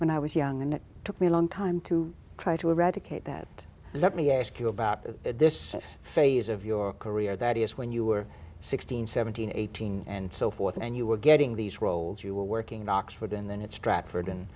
when i was young and it took me a long time to try to eradicate that let me ask you about this phase of your career that is when you were sixteen seventeen eighteen and so forth and you were getting these roles you were working in oxford and then it stratford and